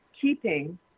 keeping